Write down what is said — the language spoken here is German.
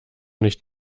nicht